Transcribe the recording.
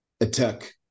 attack